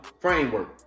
framework